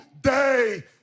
day